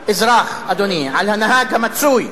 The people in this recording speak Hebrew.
האזרח, אדוני, על הנהג המצוי.